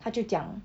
她就讲